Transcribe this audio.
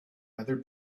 other